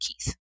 Keith